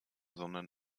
sondern